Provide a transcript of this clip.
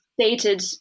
dated